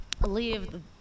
Leave